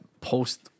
post